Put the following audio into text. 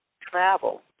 travel